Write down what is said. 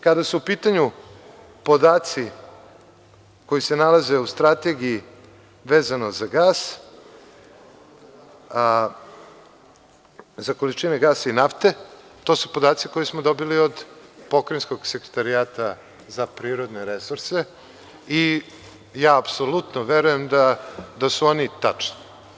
Kada su u pitanju podaci koji se nalaze u strategiji vezano za gas, za količine gasa i nafte, to su podaci koje smo dobili od Pokrajinskog sekretarijata za prirodne resurse i ja apsolutno verujem da su oni tačni.